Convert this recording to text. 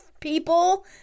people